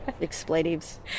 expletives